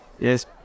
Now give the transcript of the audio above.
Yes